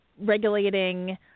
regulating